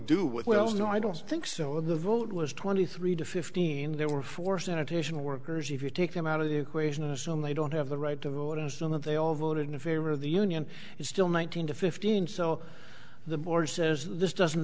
with well no i don't think so and the vote was twenty three to fifteen there were four sanitation workers if you take them out of the equation assume they don't have the right to vote on that they all voted in favor of the union is still one thousand to fifteen so the board says this doesn't